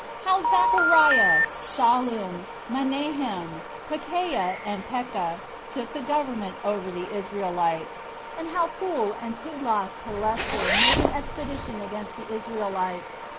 how zachariah shallum, menahem pekahiah and pekah took the government over the israelites and how pul and tiglath-pileser made an expedition against the israelites.